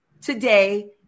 today